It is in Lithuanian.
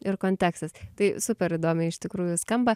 ir kontekstas tai super įdomiai iš tikrųjų skamba